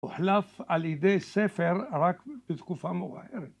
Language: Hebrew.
הוחלף על ידי ספר רק בתקופה מאוחרת.